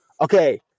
Okay